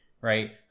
right